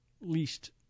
least